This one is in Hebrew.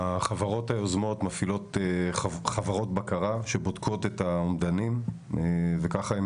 החברות היוזמות מפעילות חברות בקרה שבודקות את האומדנים וככה הן